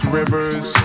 rivers